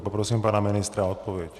Poprosím pana ministra o odpověď.